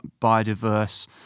biodiverse